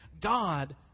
God